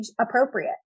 appropriate